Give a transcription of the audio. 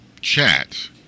chat